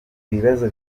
ibibazo